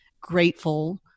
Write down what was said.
grateful